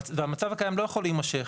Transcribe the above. המצב הקיים לא יכול להימשך.